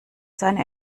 seine